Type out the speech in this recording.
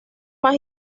mas